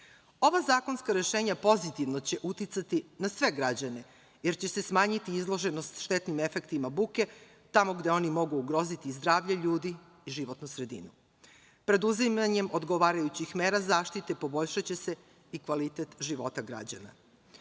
zakonska rešenja pozitivno će uticati na sve građane jer će se smanjiti izloženost štetnim efektima buke tamo gde oni mogu ugroziti zdravlje ljudi i životnu sredinu. Preduzimanjem odgovarajućih mera zaštite, poboljšaće se i kvalitet života